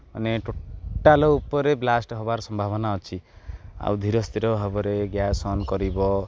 ମାନେ ଟୋଟାଲ୍ ଉପରେ ବ୍ଲାଷ୍ଟ୍ ହେବାର ସମ୍ଭାବନା ଅଛି ଆଉ ଧୀର ସ୍ଥିର ଭାବରେ ଗ୍ୟାସ୍ ଅନ୍ କରିବ